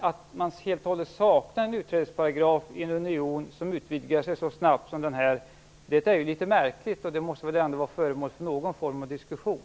Att man helt och hållet saknar en utträdesparagraf i en union som utvidgar sig så snabbt som den här är litet märkligt, och det måste väl ändå vara föremål för någon form av diskussion.